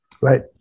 Right